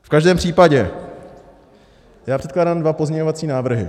V každém případě já předkládám dva pozměňovací návrhy.